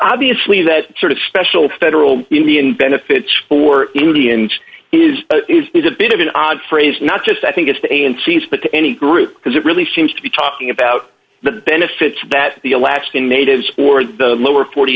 obviously that sort of special federal indian benefits for indians is is a bit of an odd phrase not just i think it's a n t s but to any group because it really seems to be talking about the benefits that the alaskan natives or the lower forty